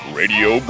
radio